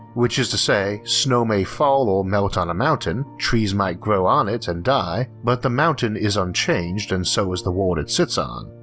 which is to say, snow may fall or melt on a mountain, trees might grow on it and die, but the mountain is unchanged and so is the world it sits on.